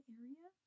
area